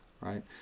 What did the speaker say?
right